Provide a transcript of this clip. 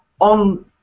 on